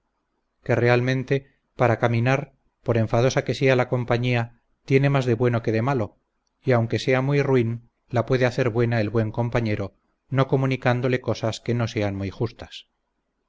realmente para caminar por enfadosa que sea la compañía tiene más de bueno que de malo y aunque sea muy ruin la puede hacer buena el buen compañero no comunicándole cosas que no sean muy justas